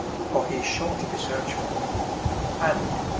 for he is sure to be searched for and,